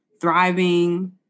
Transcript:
thriving